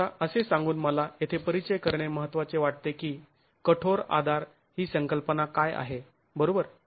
आता असे सांगून मला येथे परिचय करणे महत्त्वाचे वाटते की कठोर आधार ही संकल्पना काय आहे बरोबर